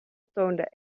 toonde